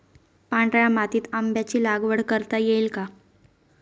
पांढऱ्या मातीत आंब्याची लागवड करता येईल का?